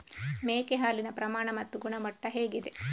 ಮೇಕೆ ಹಾಲಿನ ಪ್ರಮಾಣ ಮತ್ತು ಗುಣಮಟ್ಟ ಹೇಗಿದೆ?